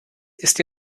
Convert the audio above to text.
ist